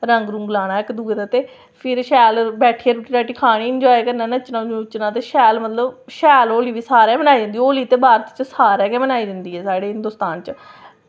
रंग रुंग लाना इक्क दूऐ दे ते फिर शैल बैठियै रुट्टी खानी ते मज़े कन्नै नच्चना ते शैल मतलब ते शैल भी होली सारे मनाई जंदी होली ते बरत सारे गै मनाई जंदी साढ़े हिंदोस्तान च